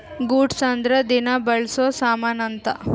goods ಅಂದ್ರ ದಿನ ಬಳ್ಸೊ ಸಾಮನ್ ಅಂತ